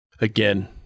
again